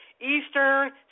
Eastern